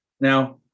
Now